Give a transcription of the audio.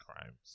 crimes